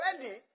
ready